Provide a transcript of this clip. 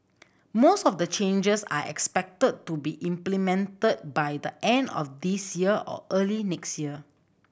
most of the changes are expected to be implemented by the end of this year or early next year